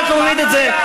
יכולת להוריד את זה,